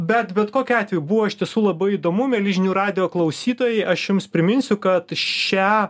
bet bet kokiu atveju buvo iš tiesų labai įdomu mieli žinių radijo klausytojai aš jums priminsiu kad šią